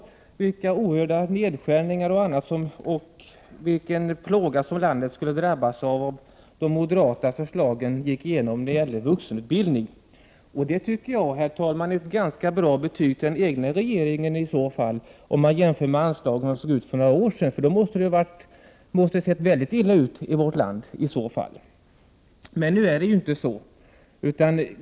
Han talade om vilka oerhört stora nedskärningar som skulle ske och vilken plåga som landet skulle drabbas av om de moderata förslagen när det gäller vuxenutbildningen skulle gå igenom. Det är ju ett ganska bra betyg för den egna regeringen om man jämför med anslagen för några år sedan, då det måste ha sett mycket illa ut i vårt land. Nu är det ju inte så.